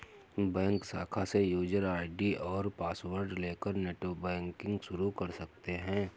bank शाखा से user ID और पॉसवर्ड लेकर नेटबैंकिंग शुरू कर सकते है